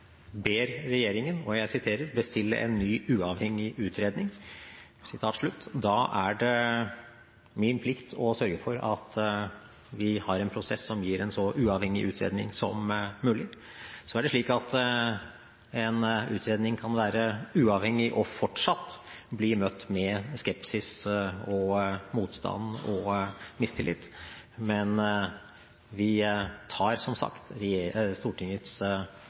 ber regjeringen «bestille en ny uavhengig utredning». Da er det min plikt å sørge for at vi har en prosess som gir en så uavhengig utredning som mulig. Så er det slik at en utredning kan være uavhengig og fortsatt bli møtt med skepsis, motstand og mistillit. Men vi tar som sagt Stortingets